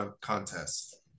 contest